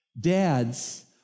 Dads